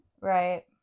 Right